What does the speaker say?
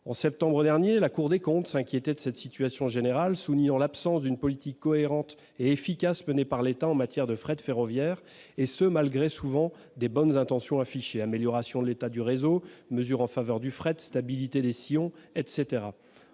de septembre dernier, la Cour des comptes s'inquiétait de cette situation générale, soulignant l'absence d'une politique cohérente et efficace menée par l'État en matière de fret ferroviaire, malgré souvent de bonnes intentions affichées : amélioration de l'état du réseau, mesures en faveur du fret, stabilité des sillons, etc.